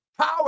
power